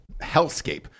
hellscape